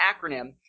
acronym